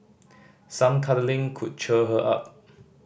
some cuddling could cheer her up